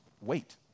wait